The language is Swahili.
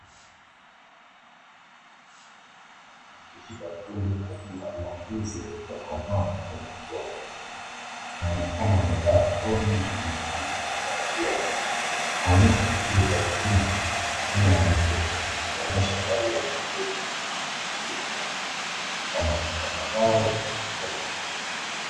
kushika kundi kubwa la ndege zinazo kwamba wanatoka mbele. Wanaonekana wamekaa kwenye na wanaendelea juu ya kuonyesha shughuli za kilimo inaendelea kuonyesha mahali ya kushirikisha katika mazao kwa vijiji.